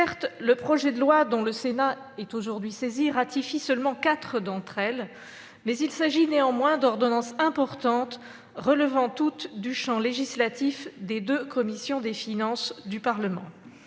Certes, le projet de loi dont le Sénat est aujourd'hui saisi ratifie seulement quatre d'entre elles, mais il s'agit d'ordonnances importantes, relevant toutes du champ législatif des deux commissions des finances du Parlement.